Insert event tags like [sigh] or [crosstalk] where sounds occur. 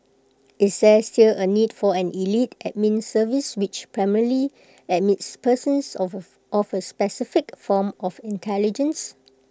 is there still A need for an elite admin service which primarily admits persons of [noise] office specific form of intelligence